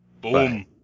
Boom